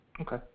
Okay